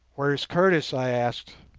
where is curtis i asked.